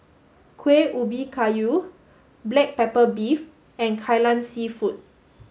Kuih Ubi Kayu black pepper beef and Kai Lan Seafood